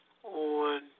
On